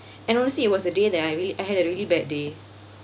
and honestly it was a day that I really I had a really bad day